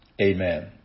Amen